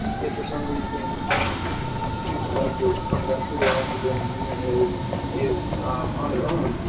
if, for some reason, the student would like to find out who their academic unit head is on their own,